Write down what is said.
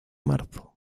marzo